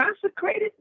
consecrated